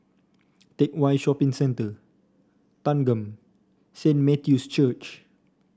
Teck Whye Shopping Centre Thanggam Saint Matthew's Church